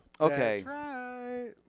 Okay